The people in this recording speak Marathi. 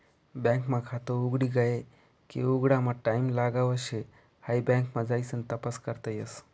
बँक मा खात उघडी गये की उघडामा टाईम लागाव शे हाई बँक मा जाइसन तपास करता येस